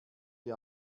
die